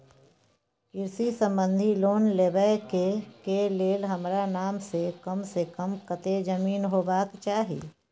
कृषि संबंधी लोन लेबै के के लेल हमरा नाम से कम से कम कत्ते जमीन होबाक चाही?